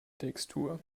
textur